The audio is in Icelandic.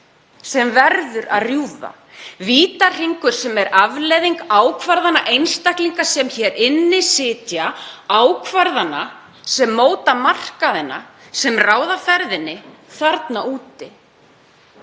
sem verður að rjúfa, vítahringur sem er afleiðing ákvarðana einstaklinga sem hér inni sitja, ákvarðana sem móta markaðina sem ráða ferðinni þarna úti.